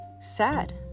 sad